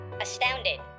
Astounded